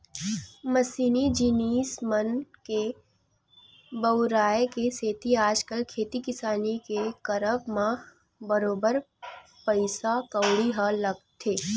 मसीनी जिनिस मन के बउराय के सेती आजकल खेती किसानी के करब म बरोबर पइसा कउड़ी ह लगथे